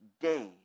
days